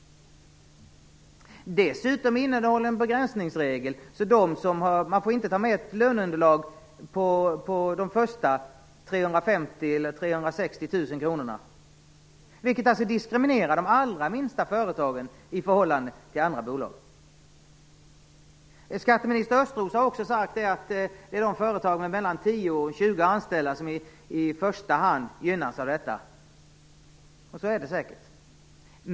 Dessutom innehåller förslaget en begränsningsregel. Man får inte ta med ett löneunderlag för de första 350 000 eller 360 000 kronorna, vilket diskriminerar de allra minsta företagen i förhållande till andra bolag. Skatteminister Östros har sagt att det är företag med 10-20 anställda som i första hand kommer att gynnas av detta, och så är det säkert.